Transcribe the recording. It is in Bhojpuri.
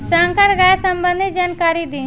संकर गाय संबंधी जानकारी दी?